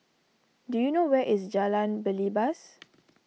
do you know where is Jalan Belibas